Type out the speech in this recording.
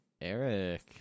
Eric